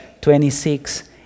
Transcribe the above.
26